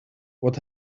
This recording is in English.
what